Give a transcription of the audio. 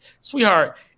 Sweetheart